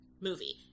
movie